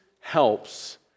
helps